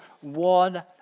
one